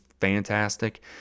fantastic